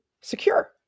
secure